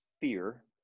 fear